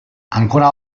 ancora